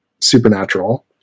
supernatural